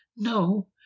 no